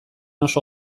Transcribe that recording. oso